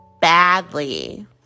badly